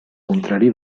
contrari